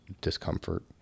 discomfort